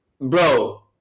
bro